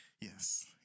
Yes